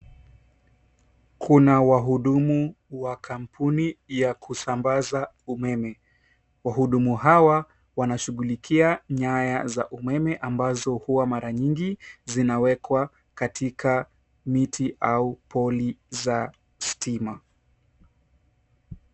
Kuna wahudumu wa kampuni ya kusambaza umeme. Wahudumu hawa wanashughulikia nyaya za umeme ambazo huwa mara nyingi zinawekwa katika miti au poli za stima.